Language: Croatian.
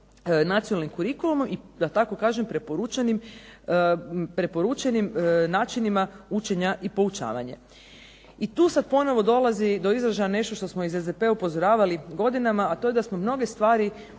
Nacionalnim curicullumom i da tako kažem preporučenim načinima učenja i poučavanja. I tu sad ponovno dolazi do izražaja nešto što smo iz SDP-a upozoravali godinama, a to je da smo mnoge stvari u